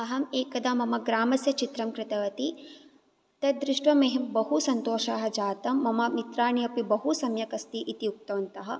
अहम् एकदा मम ग्रामस्य चित्रं कृतवती तत् दृष्ट्वा मह्यं बहु सन्तोषः जातः मम मित्राणि अपि बहु सम्यक् अस्ति इति उक्तवन्तः